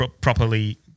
properly